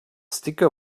sticker